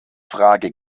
frage